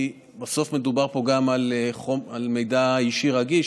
כי בסוף מדובר פה גם על מידע אישי רגיש,